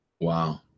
Wow